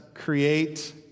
Create